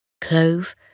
Clove